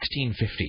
1650